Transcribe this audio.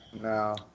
No